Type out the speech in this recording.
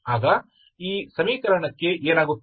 ಆಗ ಈ ಸಮೀಕರಣಕ್ಕೆ ಏನಾಗುತ್ತದೆ